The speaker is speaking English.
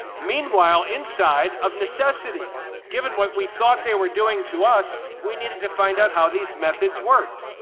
meanwhile, inside, of necessity given what we thought they were doing to us, we needed to find out how these methods worked.